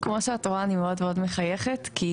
כמו שאת רואה אני מחייכת, כי